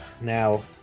now